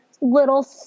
little